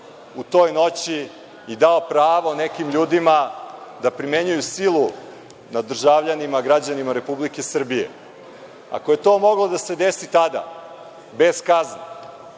u toj noći i dao pravo nekim ljudima da primenjuju silu nad državljanima, građanima Republike Srbije? Ako je to moglo da se desi tada, bez kazne,